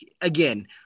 again